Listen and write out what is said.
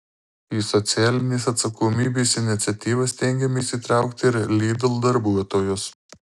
į socialinės atsakomybės iniciatyvas stengiamės įtraukti ir lidl darbuotojus